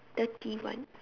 thirty one